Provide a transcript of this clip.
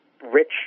rich